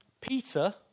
Peter